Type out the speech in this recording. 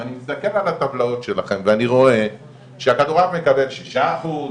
ואני מסתכל על הטבלאות שלכם ואני רואה שהכדורעף מקבל שישה אחוז,